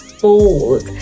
bold